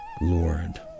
Lord